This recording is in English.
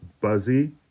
Buzzy